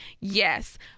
yes